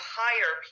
hire